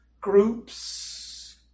groups